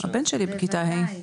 הבן שלי בכיתה ה'.